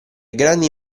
grandi